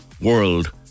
world